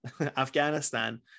Afghanistan